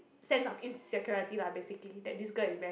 sense of insecurity lah basically that this girl is very